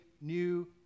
new